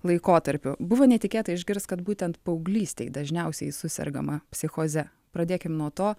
laikotarpiu buvo netikėta išgirsti kad būtent paauglystėj dažniausiai susergama psichoze pradėkim nuo to